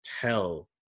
tell